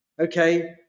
okay